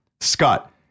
Scott